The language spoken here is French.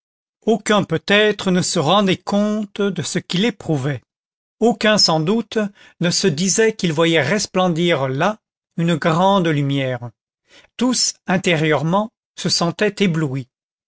aucun peut-être ne se rendait compte de ce qu'il éprouvait aucun sans doute ne se disait qu'il voyait resplendir là une grande lumière tous intérieurement se sentaient éblouis